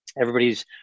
Everybody's